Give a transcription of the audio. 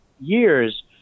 years